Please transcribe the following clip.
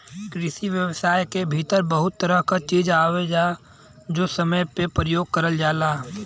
कृषि व्यवसाय के भीतर बहुत तरह क चीज आवेलाजो समय समय पे परयोग करल जाला